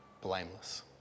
blameless